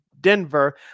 Denver